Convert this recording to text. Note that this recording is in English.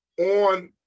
on